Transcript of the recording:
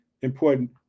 important